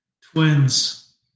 Twins